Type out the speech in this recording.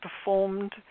performed